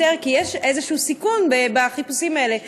כי יש איזשהו סיכון בחיפושים האלה,